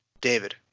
David